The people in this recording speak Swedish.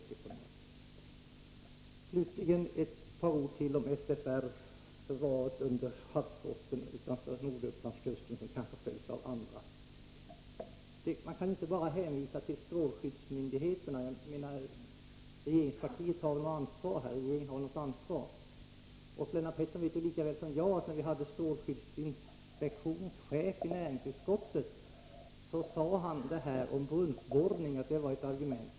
Slutligen ett par ord om förvaring under havsbottnen utanför Nordupplands kust och senare kanske också på andra platser. Man kan inte bara hänvisa till strålskyddsmyndigheterna. Regeringen har väl något ansvar. Lennart Pettersson vet lika väl som jag att när vi hade strålskyddsinspektionens chef i näringsutskottet sade han att brunnsborrning var ett argument.